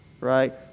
Right